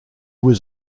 was